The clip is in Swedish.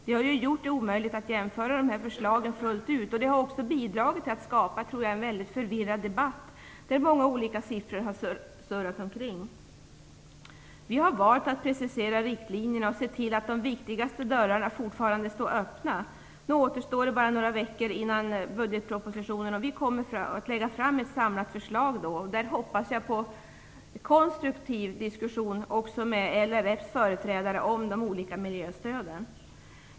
Det har gjort det omöjligt att jämföra de här förslagen fullt ut, och det har, tror jag, också bidragit till att skapa en väldigt förvirrad debatt, där många olika siffror har surrat omkring. Vi har valt att precisera riktlinjerna och se till att de viktigaste dörrarna fortfarande står öppna. Nu återstår det bara några veckor innan budgetpropositionen presenteras, och vi kommer då att lägga fram ett samlat förslag. Jag hoppas då på en konstruktiv diskussion också med LRF:s företrädare om de olika miljöstöden.